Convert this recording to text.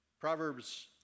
Proverbs